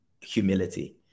humility